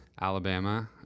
Alabama